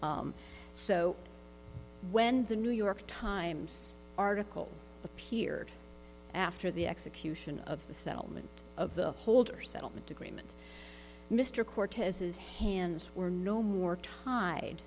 so when the new york times article appeared after the execution of the settlement of the holder's settlement agreement mr cortez's hands were no more tied